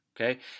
okay